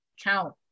count